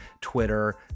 Twitter